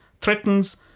threatens